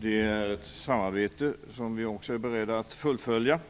Det är ett samarbete som vi också är beredda att fullfölja.